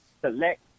select